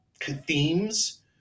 themes